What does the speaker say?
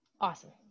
Awesome